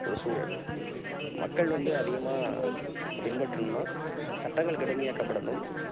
ஒரு சூழல் மக்கள் வந்து அதிகமாக பின்பற்றணும்னால் சட்டங்கள் கடுமையாக்கப்படணும்